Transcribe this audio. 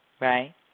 right